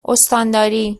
استانداری